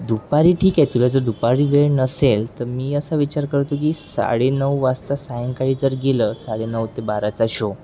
दुपारी ठीक आहे तुला जर दुपारी वेळ नसेल तर मी असा विचार करतो की साडे नऊ वाजता सायंकाळी जर गेलं साडे नऊ ते बाराचा शो